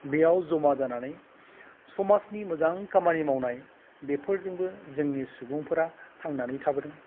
बेयाव जमा जानानै समाजनि मोजां खामानि मावनाय बेफोरजोंबो जोंनि सुबुंफोरा थांनानै थाबोदों